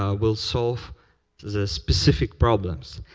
um will solve the specific problems.